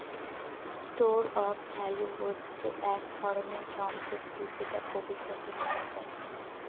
store of value হচ্ছে এক ধরনের সম্পত্তি যেটা ভবিষ্যতে কেনা যায়